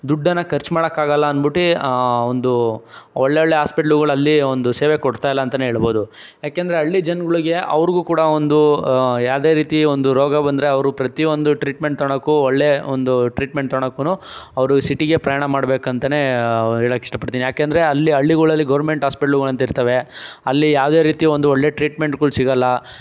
ದುಡ್ಡನ್ನು ಖರ್ಚು ಮಾಡೋಕ್ಕಾಗಲ್ಲ ಅಂದ್ಬಿಟ್ಟು ಒಂದು ಒಳ್ಳೊಳ್ಳೆ ಹಾಸ್ಪಿಟ್ಲುಗಳು ಅಲ್ಲಿ ಒಂದು ಸೇವೆ ಕೊಡ್ತಾಯಿಲ್ಲ ಅಂತಲೇ ಹೇಳ್ಬೋದು ಏಕೆಂದ್ರೆ ಹಳ್ಳಿ ಜನಗಳಿಗೆ ಅವ್ರಿಗೂ ಕೂಡ ಒಂದು ಯಾವುದೇ ರೀತಿ ಒಂದು ರೋಗ ಬಂದರೆ ಅವರು ಪ್ರತಿಯೊಂದು ಟ್ರೀಟ್ಮೆಂಟ್ ತಗೊಳ್ಳೋಕು ಒಳ್ಳೆ ಒಂದು ಟ್ರೀಟ್ಮೆಂಟ್ ತಗೋಳ್ಳೋಕೂ ಅವರು ಸಿಟಿಗೆ ಪ್ರಯಾಣ ಮಾಡಬೇಕು ಅಂತಲೇ ಹೇಳೋಕೆ ಇಷ್ಟಪಡ್ತೀನಿ ಏಕೆಂದ್ರೆ ಅಲ್ಲಿ ಹಳ್ಳಿಗಳಲ್ಲಿ ಗವರ್ಮೆಂಟ್ ಹಾಸ್ಪಿಟ್ಲುಗಳು ಅಂತ ಇರ್ತವೆ ಅಲ್ಲಿ ಯಾವುದೇ ರೀತಿ ಒಂದು ಒಳ್ಳೆ ಟ್ರೀಟ್ಮೆಂಟ್ಗಳು ಸಿಗಲ್ಲ